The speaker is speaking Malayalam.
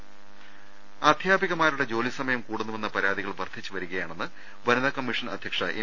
രദേഷ്ടെടു അധ്യാപികമാരുടെ ജോലിസമയം കൂടുന്നുവെന്ന പരാതികൾ വർദ്ധി ച്ചുവരികയാണെന്ന് വനിതാ കമ്മീഷൻ അധ്യക്ഷ എം